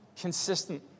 consistent